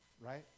right